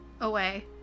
away